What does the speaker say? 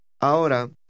Ahora